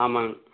ஆமாம்ங்க